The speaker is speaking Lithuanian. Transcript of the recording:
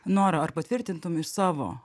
nora ar patvirtintum iš savo